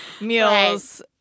meals